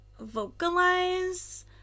vocalize